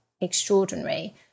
extraordinary